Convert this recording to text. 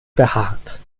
behaart